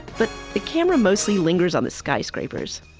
but the camera mostly lingers on the skyscrapers.